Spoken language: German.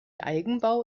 eigenbau